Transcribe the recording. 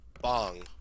bong